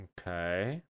Okay